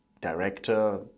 director